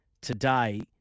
today